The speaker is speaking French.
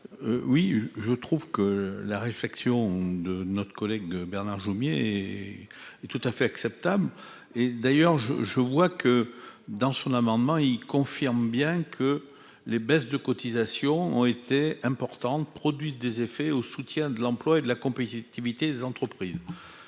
oui, je trouve que la réflexion de notre collègue Bernard Jomier et tout à fait acceptable et d'ailleurs je, je vois que dans son amendement, il confirme bien que les baisses de cotisations ont été importantes, produit des effets au soutien de l'emploi et de la compétitivité des entreprises,